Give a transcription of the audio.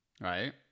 Right